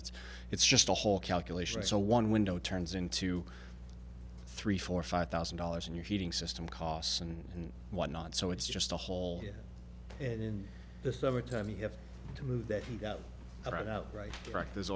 es it's just a whole calculation so one window turns into three four five thousand dollars and your heating system costs and whatnot so it's just a hole in the summertime you have to move that he got that out right back there's